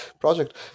project